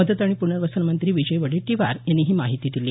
मदत आणि प्नर्वसन मंत्री विजय वडेट्टीवार यांनी ही माहिती दिली